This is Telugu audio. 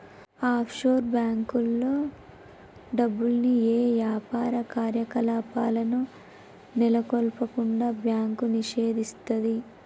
ఆఫ్షోర్ బ్యేంకుల్లో డబ్బుల్ని యే యాపార కార్యకలాపాలను నెలకొల్పకుండా బ్యాంకు నిషేధిస్తది